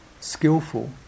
skillful